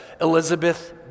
Elizabeth